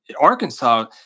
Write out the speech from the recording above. Arkansas